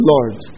Lord